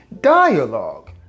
dialogue